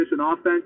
offense